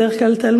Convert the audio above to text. בדרך כלל תלמוד,